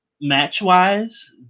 match-wise